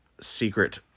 secret